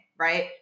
right